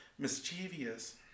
mischievous